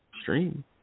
stream